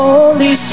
Holy